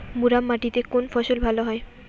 মুরাম মাটিতে কোন ফসল ভালো হয়?